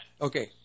okay